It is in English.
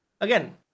again